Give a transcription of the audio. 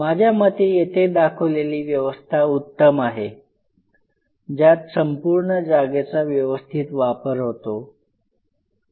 माझ्या मते येथे दाखवलेली व्यवस्था उत्तम आहे ज्यात संपूर्ण जागेचा व्यवस्थित वापर होतो